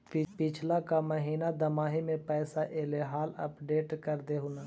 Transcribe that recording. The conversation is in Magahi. पिछला का महिना दमाहि में पैसा ऐले हाल अपडेट कर देहुन?